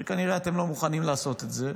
אתם כנראה לא מוכנים לעשות את זה,